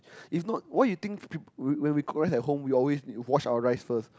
if not why you think people when we cook rice at home we always wash our rice first